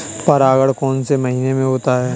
परागण कौन से महीने में होता है?